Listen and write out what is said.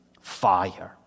fire